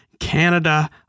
Canada